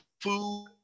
food